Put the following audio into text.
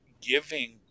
giving